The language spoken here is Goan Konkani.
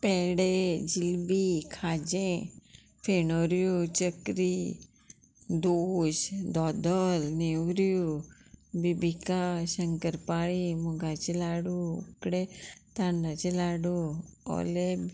पेडे जिलबी खाजें फेणोऱ्यो चकरी दोश दोधोल नेवऱ्यो बिबिका शंकरपाळी मुगाचे लाडू उकडे तांदळाचे लाडू कोले